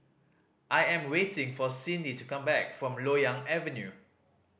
I am waiting for Cindy to come back from Loyang Avenue